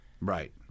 Right